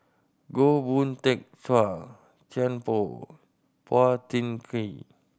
Goh Boon Teck Chua Thian Poh Phua Thin Kiay